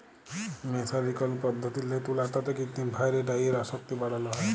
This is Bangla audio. মের্সারিকরল পদ্ধতিল্লে তুলার তাঁতে কিত্তিম ভাঁয়রে ডাইয়ের আসক্তি বাড়ালো হ্যয়